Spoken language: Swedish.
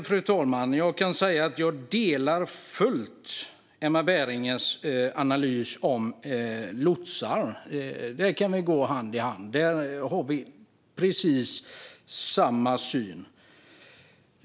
Fru talman! Jag delar fullt ut Emma Bergingers lotsanalys. Här kan vi gå hand i hand, för här har vi samma syn.